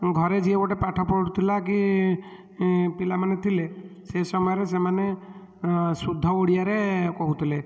ଘରେ ଯିଏ ଗୋଟେ ପାଠ ପଢ଼ୁଥିଲା କି ପିଲାମାନେ ଥିଲେ ସେ ସମୟରେ ସେମାନେ ଶୁଦ୍ଧ ଓଡ଼ିଆରେ କହୁଥିଲେ